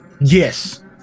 Yes